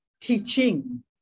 teaching